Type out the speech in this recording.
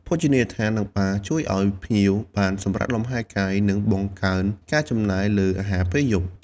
ភោជនីយដ្ឋាន និងបារជួយឱ្យភ្ញៀវបានសម្រាកលំហែកាយ និងបង្កើនការចំណាយលើអាហារពេលយប់។